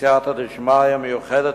בסייעתא דשמיא מיוחדת,